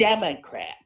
Democrat